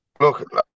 Look